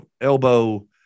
elbow